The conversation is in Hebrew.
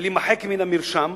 ולהימחק מן המרשם,